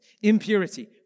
Impurity